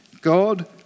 God